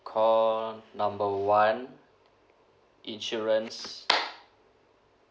call number one insurance